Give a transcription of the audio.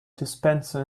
dispenser